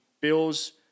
Bills